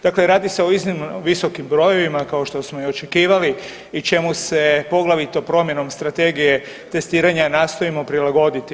Dakle, radi se o iznimno visokim brojevima kao što smo i očekivali i čemu se poglavito promjenom strategije testiranja nastojimo prilagoditi